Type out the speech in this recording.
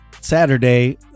saturday